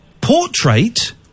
portrait